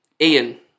Ian